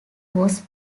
was